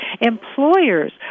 Employers